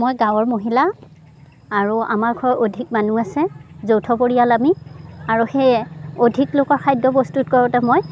মই গাঁৱৰ মহিলা আৰু আমাৰ ঘৰত অধিক মানুহ আছে যৌথ পৰিয়াল আমি আৰু সেয়ে অধিক লোকৰ খাদ্য প্ৰস্তুত কৰোঁতে মই